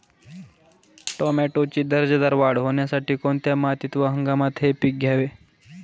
टोमॅटोची दर्जेदार वाढ होण्यासाठी कोणत्या मातीत व हंगामात हे पीक घ्यावे?